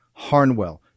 Harnwell